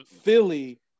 Philly